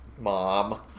Mom